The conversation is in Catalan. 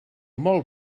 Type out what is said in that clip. molt